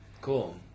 Cool